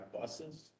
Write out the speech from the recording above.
buses